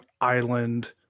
Island